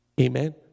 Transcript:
Amen